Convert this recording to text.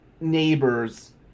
Neighbors